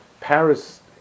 paris